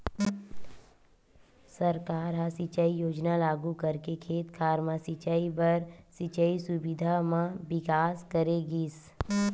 सरकार ह सिंचई योजना लागू करके खेत खार म सिंचई बर सिंचई सुबिधा म बिकास करे गिस